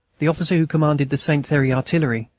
the officer who commanded the saint thierry artillery,